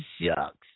shucks